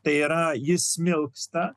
tai yra jis smilksta